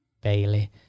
Bailey